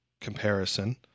comparison